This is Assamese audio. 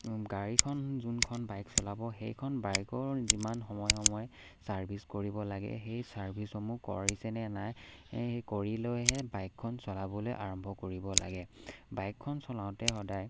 গাড়ীখন যোনখন বাইক চলাব সেইখন বাইকৰ যিমান সময়ে সময় চাৰ্ভিচ কৰিব লাগে সেই চাৰ্ভিছসমূহ কৰিছে নে নাই সেই কৰি লৈহে বাইকখন চলাবলৈ আৰম্ভ কৰিব লাগে বাইকখন চলাওঁতে সদায়